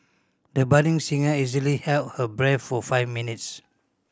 the budding singer easily held her breath for five minutes